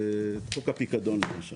את שוק הפיקדון למשל,